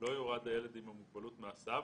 לא יורד הילד עם המוגבלות מההסעה,